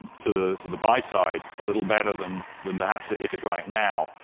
to to the buy side a little better than than perhaps it is right now,